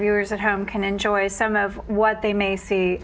viewers at home can enjoy some of what they may see